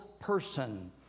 person